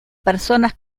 personas